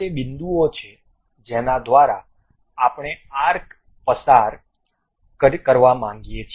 આ તે બિંદુઓ છે જેના દ્વારા આપણે આર્ક પસાર કરવા માંગીએ છીએ